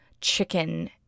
chicken